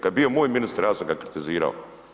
Kad je bio moj ministar ja sam ga kritizirao.